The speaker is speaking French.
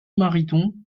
mariton